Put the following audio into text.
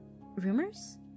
Rumors